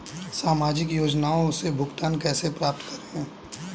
सामाजिक योजनाओं से भुगतान कैसे प्राप्त करें?